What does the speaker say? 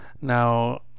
Now